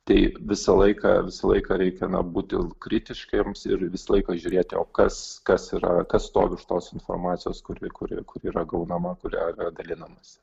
tai visą laiką visą laiką reikia na būti kritiškiems ir visą laiką žiūrėti o kas kas yra kas stovi už tos informacijos kuri kuri kuri yra gaunama kurią yra dalinamasi